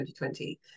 2020